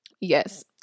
yes